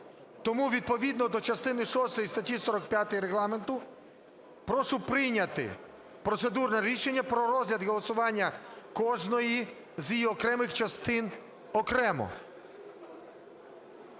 тому відповідно до частини шостої статті 45 Регламенту прошу прийняти процедурне рішення про розгляд і голосування кожної з її окремих частин окремо.